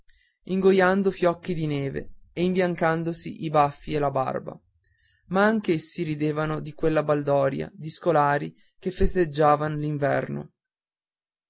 ingoiando fiocchi di neve e imbiancandosi i baffi e la barba ma anch'essi ridevano di quella baldoria di scolari che festeggiavan